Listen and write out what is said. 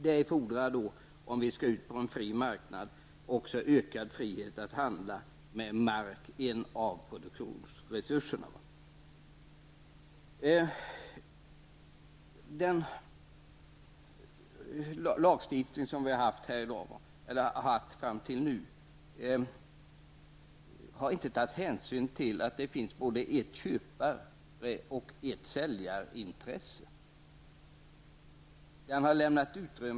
Det fordrar då, om vi skall ut på en fri marknad, också ökad frihet att handla mark, som utgör en av produktionsresurserna. Den lagstiftning som har gällt fram till nu har inte tagit hänsyn till att det finns både ett köpar och ett säljarintresse.